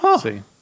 see